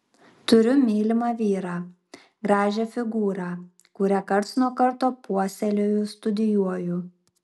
turiu mylimą vyrą gražią figūrą kurią karts nuo karto puoselėju studijuoju